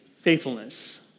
faithfulness